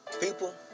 People